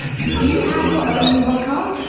you you have your own podcast?